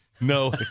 No